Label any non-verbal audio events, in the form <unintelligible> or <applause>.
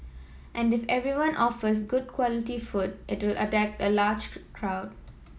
and if everyone offers good quality food it'll <unintelligible> a larger <unintelligible> crowd